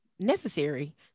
necessary